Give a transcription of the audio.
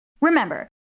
Remember